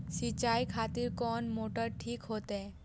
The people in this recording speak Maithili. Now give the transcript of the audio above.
सीचाई खातिर कोन मोटर ठीक होते?